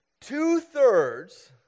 Two-thirds